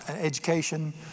education